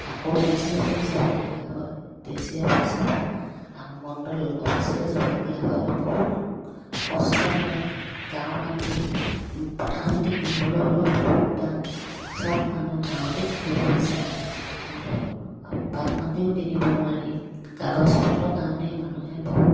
আকৌ D C office যাবলগীয়া হয় ডি চি অফিচৰপৰা আকৌ মণ্ডল অফিচলৈ যাবলগীয়া হয় বহুত কষ্ট হয় গাঁৱৰ মাটি পথাৰৰ মাটি কিনিবলৈ হ'লেও বহুত দাম চব মানুহ গাঁৱতেই থাকিব বিচাৰে কিন্তু বাম মাটিও কিনিব নোৱাৰি কাগজপত্ৰৰ কাৰণেই মানুহে বহুত